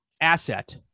asset